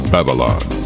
Babylon